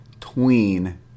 tween